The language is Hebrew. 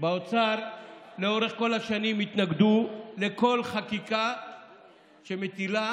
באוצר לאורך כל השנים התנגדו לכל חקיקה שמטילה